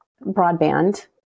broadband